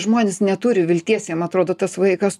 žmonės neturi vilties jiem atrodo tas vaikas